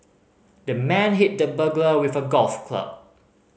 the man hit the burglar with a golf club